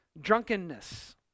Drunkenness